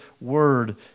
word